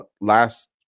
last